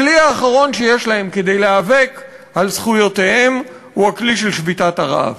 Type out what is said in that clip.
הכלי האחרון שיש להם כדי להיאבק על זכויותיהם הוא הכלי של שביתת הרעב.